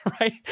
right